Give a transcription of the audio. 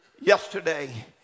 yesterday